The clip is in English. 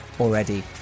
already